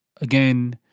Again